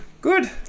Good